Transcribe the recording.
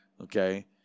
Okay